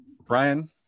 brian